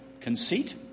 conceit